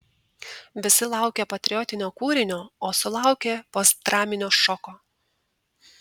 visi laukė patriotinio kūrinio o sulaukė postdraminio šoko